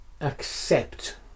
accept